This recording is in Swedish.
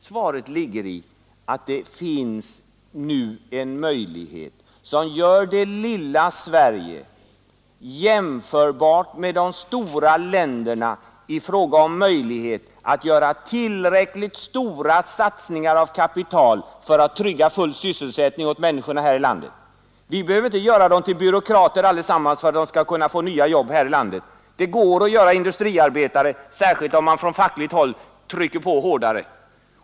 Svaret är att det nu finns en möjlighet som gör det lilla Sverige jämförbart med de stora länderna, när det gäller att göra tillräckligt stora satsningar av kapital för att trygga full sysselsättning åt människorna här i landet. Vi behöver inte göra alla till byråkrater för att de skall få nya jobb. Det går också att bjuda industriarbete. Särskilt om man från fackligt håll trycker på hårdare.